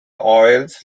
oils